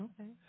Okay